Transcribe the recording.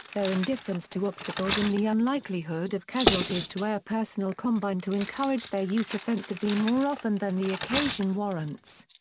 their indifference to obstacles and the unlikelihood of casualties to air personnel combine to encourage their use offensively more often than the occasion warrants.